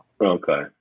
Okay